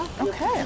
Okay